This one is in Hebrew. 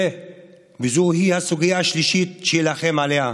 וזוהי הסוגיה השלישית שאילחם עליה.